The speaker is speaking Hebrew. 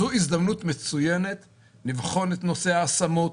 זו הזדמנות מצוינת לבחון את נושא ההשמות,